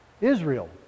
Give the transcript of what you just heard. Israel